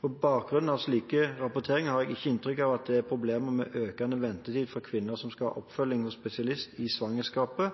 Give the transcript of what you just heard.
På bakgrunn av slike rapporteringer har jeg ikke inntrykk av at det er problemer med økende ventetid for kvinner som skal ha oppfølging hos spesialist i svangerskapet,